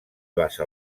basa